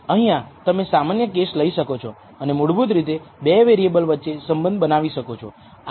પ્રથમ સવાલ એ છે કે આપણે રેખીય મોડેલ પૂરું પાડ્યું તે સારું છે કે નહીં